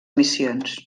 missions